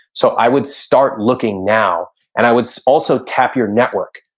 so i would start looking now and i would also tap your network.